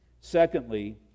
Secondly